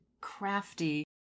crafty